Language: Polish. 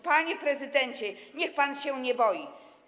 Panie prezydencie, niech pan się nie boi.